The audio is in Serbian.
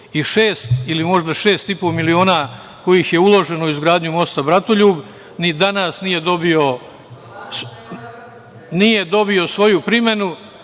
i šest ili možda 6,5 miliona kojih je uloženo u izgradnju mosta Bratoljub, ni danas nije dobio svoju primenu.